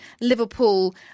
Liverpool